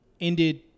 ended